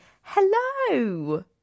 Hello